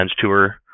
tour